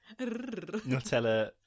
Nutella